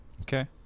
Okay